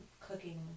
cooking